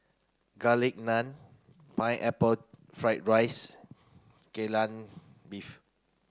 garlic naan pineapple fried rice Kai Lan beef